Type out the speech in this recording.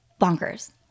bonkers